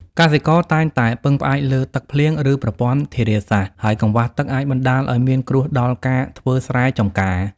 កសិករតែងតែពឹងផ្អែកលើទឹកភ្លៀង ឬប្រព័ន្ធធារាសាស្ត្រ ហើយកង្វះទឹកអាចបណ្តាលឱ្យមានគ្រោះដល់ការធ្វើស្រែចំការ។